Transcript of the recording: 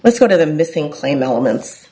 let's go to the missing claim elements